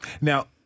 now